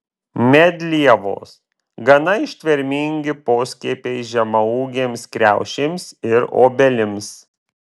medlievos gana ištvermingi poskiepiai žemaūgėms kriaušėms ir obelims